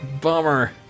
Bummer